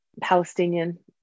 Palestinian